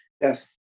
Yes